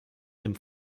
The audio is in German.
dem